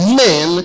men